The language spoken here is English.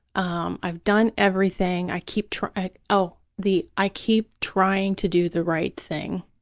um i've done everything. i keep try, oh, the, i keep trying to do the right thing,